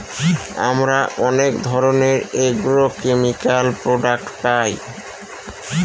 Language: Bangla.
আমরা অনেক ধরনের এগ্রোকেমিকাল প্রডাক্ট পায়